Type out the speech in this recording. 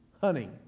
honey